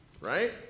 Right